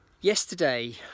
Yesterday